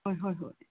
ꯍꯣꯏ ꯍꯣꯏ ꯍꯣꯏ